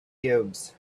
cubes